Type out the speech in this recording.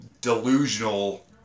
delusional